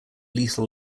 lethal